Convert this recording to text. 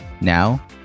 Now